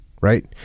Right